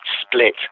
split